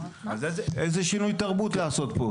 איזה שינוי תרבות לעשות פה?